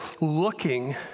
looking